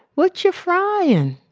what you frying?